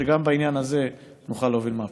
שגם בעניין הזה נוכל להוביל מהפכה.